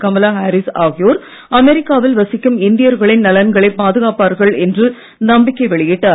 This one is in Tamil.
கமலா ஹாரிஸ் ஆகியோர் அமெரிக்காவில் வசிக்கும் இந்தியர்களின் நலன்களை பாதுகாப்பார்கள் என்று நம்பிக்கை வெளியிட்டார்